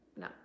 No